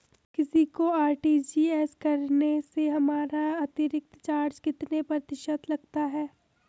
किसी को आर.टी.जी.एस करने से हमारा अतिरिक्त चार्ज कितने प्रतिशत लगता है?